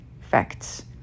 Facts